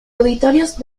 auditorios